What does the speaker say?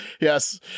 yes